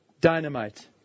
dynamite